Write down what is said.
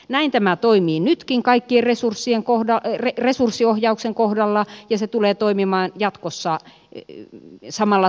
näin tämä toimii nytkin kaiken resurssiohjauksen kohdalla ja se tulee toimimaan jatkossa samalla tavalla